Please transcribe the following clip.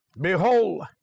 behold